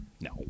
No